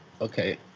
okay